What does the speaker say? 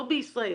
לא בישראל.